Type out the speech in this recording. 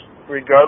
regardless